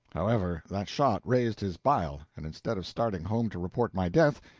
however, that shot raised his bile, and instead of starting home to report my death,